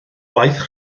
gwaith